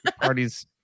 parties